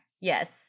Yes